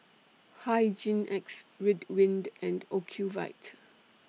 Hygin X Ridwind and Ocuvite